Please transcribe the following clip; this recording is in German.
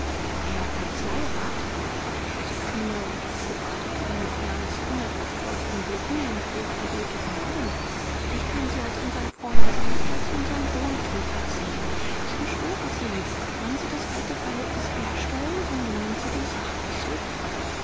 herr kanzleirat erwiderte josephine und beobachtete ihn mit ernsten etwas feuchten blicken und hochgeröteten wangen ich kann sie als unsern freund aber nicht als unsern wohltäter sehen ich beschwöre sie wollen sie das alte verhältnis herstellen so nehmen sie die sachen zurück